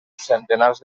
centenars